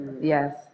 Yes